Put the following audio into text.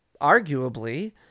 arguably